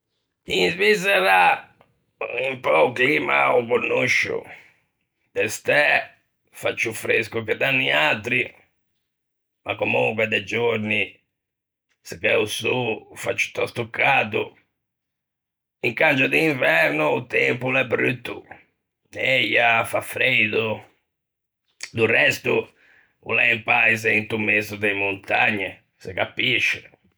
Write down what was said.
In Svissera un pö o climma ô conoscio, de stæ fa ciù fresco che da niatri, ma comonque de giorni, se gh'é sô fa ciutòsto cado, incangio d'inverno o tempo l'é brutto, neia, fa freido, do resto o l'é un Paise into mezo de montagne, se capisce.